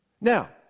Now